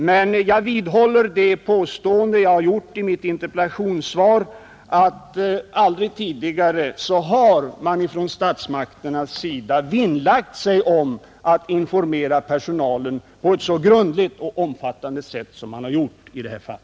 Men jag vidhåller det påstående jag gjort i mitt interpellationssvar att man aldrig tidigare vid någon utlokalisering från statsmakternas sida vinnlagt sig om att informera personalen på ett så grundligt och omfattande sätt som man har gjort i detta fall.